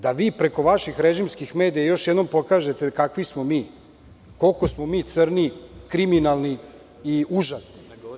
Da vi preko vaših režimskih medija još jednom pokažete kakvi smo mi, koliko smo mi crni, kriminalni i užasni?